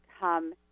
come